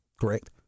Correct